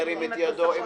ירים את ידו.